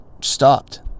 stopped